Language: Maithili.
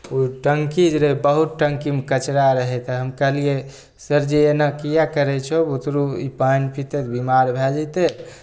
ओ टन्की जे रहै बहुत टन्कीमे कचरा रहै तऽ हम कहलिए सरजी एना किए करै छहो बुतरू ई पानि पितै तऽ बेमार भै जेतै